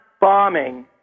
bombing